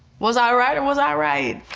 was i right or was i right?